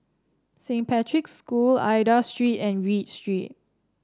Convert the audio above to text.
Saint Patrick's School Aida Street and Read Street